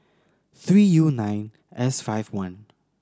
three U nine S five one